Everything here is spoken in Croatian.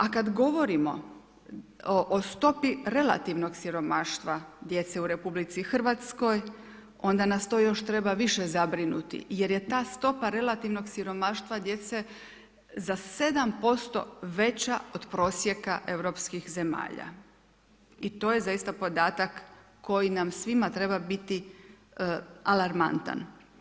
A kad govorimo o stopi relativnog siromaštva djece u Republici Hrvatskoj onda nas to još treba više zabrinuti jer je ta stopa relativnog siromaštva djece za 7% veća od prosjeka europskih zemalja i to je zaista podatak koji nam svima treba biti alarmantan.